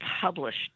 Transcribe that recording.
published